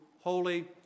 holy